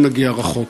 לא נגיע רחוק.